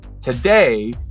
Today